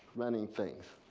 running things.